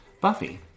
Buffy